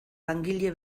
langile